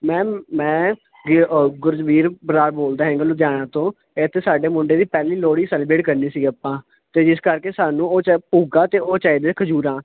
ma'am ਮੈਂ ਗੁਰਜਬੀਰ ਬਰਾੜ ਬੋਲਦਾਂ ਲੁਧਿਆਣਾ ਤੋਂ ਇਥੇ ਸਾਡੇ ਮੁੰਡੇ ਦੀ ਪਹਿਲੀ ਲੋਹੜੀ ਸੈਲੀਬਰੇਟ ਕਰਨੀ ਸੀ ਆਪਾਂ ਅਤੇ ਜਿਸ ਕਰਕੇ ਸਾਨੂੰ ਉਹ ਭੁਗਾ ਉਹ ਚਾਹੀਦੀ ਖਜੂਰਾਂ